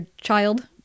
child